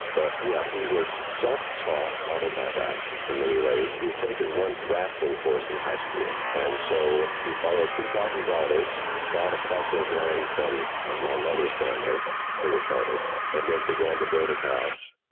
but yeah, he was self-taught autodidact in many ways. he had taken one drafting course in high school. and so, he borrowed three thousand dollars, bought a parcel of land from ah my mother's family they were farmers and then began to build his house.